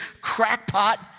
crackpot